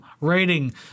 rating